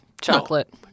Chocolate